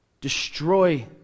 Destroy